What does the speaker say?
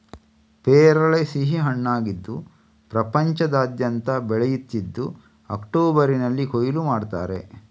ಪೇರಳೆ ಸಿಹಿ ಹಣ್ಣಾಗಿದ್ದು ಪ್ರಪಂಚದಾದ್ಯಂತ ಬೆಳೆಯುತ್ತಿದ್ದು ಅಕ್ಟೋಬರಿನಲ್ಲಿ ಕೊಯ್ಲು ಮಾಡ್ತಾರೆ